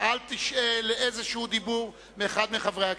אל תשעה לאיזה דיבור מאחד מחברי הכנסת.